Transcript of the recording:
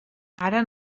ara